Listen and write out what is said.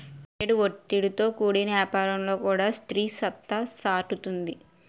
నేడు ఒత్తిడితో కూడిన యాపారంలో కూడా స్త్రీ సత్తా సాటుతుంది